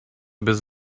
без